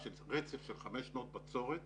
רצף של חמש שנות בצורת